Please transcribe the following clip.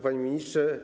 Panie Ministrze!